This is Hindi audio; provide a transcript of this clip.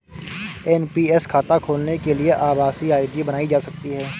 एन.पी.एस खाता खोलने के लिए आभासी आई.डी बनाई जा सकती है